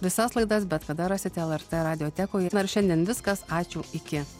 visas laidas bet kada rasit lrt radiotekoj na ir šiandien viskas ačiū iki